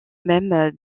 même